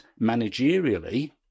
managerially